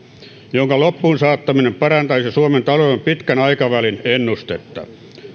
jonka loppuunsaattaminen parantaisi suomen talouden pitkän aikavälin ennustetta